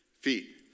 feet